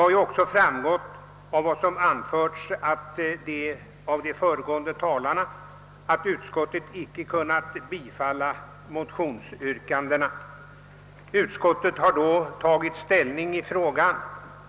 Det har också framgått av vad de föregående talarna sagt att utskottet icke velat tillstyrka bifall till motionsyrkandet.